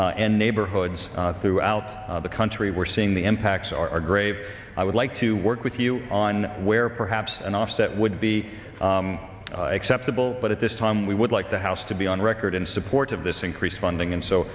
families and neighborhoods throughout the country we're seeing the impacts are grave i would like to work with you on where perhaps an offset would be acceptable but at this time we would like the house to be on record in support of this increased funding and so